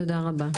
תודה רבה.